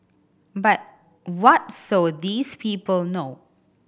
but what so these people know